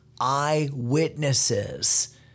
eyewitnesses